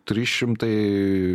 trys šimtai